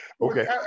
Okay